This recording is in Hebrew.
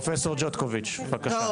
תיכף נדבר, פרופסור ג'וטקוביץ' בבקשה.